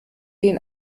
den